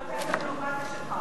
תוקע את הביורוקרטיה שלך.